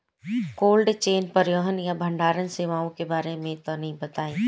Cold chain परिवहन या भंडारण सेवाओं के बारे में तनी बताई?